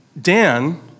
Dan